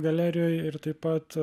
galerijoj ir taip pat